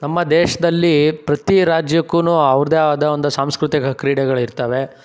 ನಮ್ಮ ದೇಶದಲ್ಲಿ ಪ್ರತಿ ರಾಜ್ಯಕ್ಕೂ ಅವ್ರದ್ದೇ ಆದ ಒಂದು ಸಾಂಸ್ಕೃತಿಕ ಕ್ರೀಡೆಗಳು ಇರ್ತವೆ